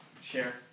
share